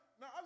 now